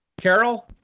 Carol